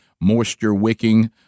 moisture-wicking